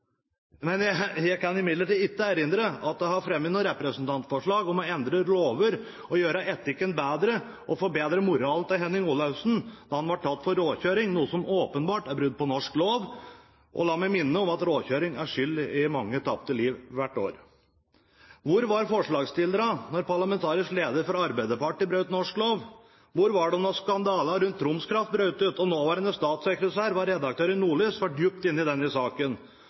erindre at hun har fremmet noe representantforslag om å endre lover, gjøre etikken bedre og forbedre moralen til Heming Olaussen da han ble tatt for råkjøring, noe som åpenbart er brudd på norsk lov. Og la meg minne om at råkjøring er skyld i mange tapte liv hvert år. Hvor var forslagsstillerne da parlamentarisk leder for Arbeiderpartiet brøt norsk lov? Hvor var de da skandalen rundt Troms Kraft brøt ut, og nåværende statssekretær, som var redaktør i Nordlys, var dypt inne i denne saken?